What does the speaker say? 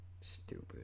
Stupid